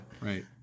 Right